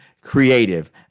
creative